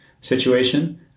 situation